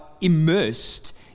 immersed